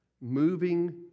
moving